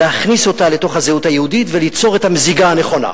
להכניס אותה לתוך הזהות היהודית וליצור את המזיגה הנכונה.